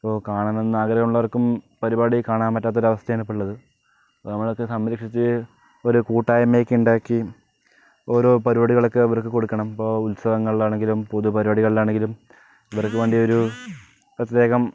അപ്പോൾ കാണണമെന്ന് ആഗ്രഹം ഉള്ളവർക്കും പരിപാടി കാണാൻ പറ്റാത്ത ഒരവസ്ഥയാണ് ഇപ്പോഴുള്ളത് അപ്പോൾ നമ്മളൊക്കെ സംരക്ഷിച്ച് ഒരു കൂട്ടായ്മ്മയൊക്കെ ഉണ്ടാക്കി ഓരോ പരിപാടികളൊക്കെ അവർക്ക് കൊടുക്കണം ഇപ്പോൾ ഉത്സവങ്ങളിലാണെങ്കിലും പൊതു പരിപാടികളിലാണെങ്കിലും ഇവർക്ക് വേണ്ടിയൊരു പ്രത്യേകം